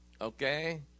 Okay